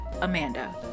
amanda